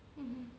mmhmm